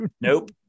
nope